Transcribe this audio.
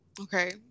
Okay